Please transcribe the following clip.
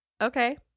okay